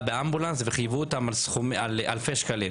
באמבולנס וחייבו אותם באלפי שקלים.